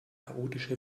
chaotische